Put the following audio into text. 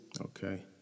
Okay